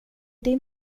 din